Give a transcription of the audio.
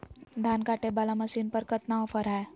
धान कटे बाला मसीन पर कतना ऑफर हाय?